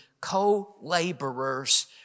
co-laborers